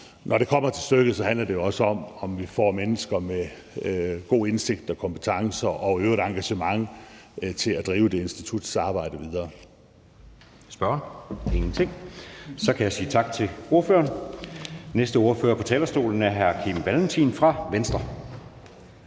når det kommer til stykket, handler det jo også om, at vi får mennesker med god indsigt og gode kompetencer og i øvrigt engagement til at drive det instituts arbejde videre.